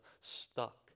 stuck